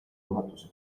juhatuse